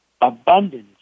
abundance